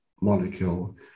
molecule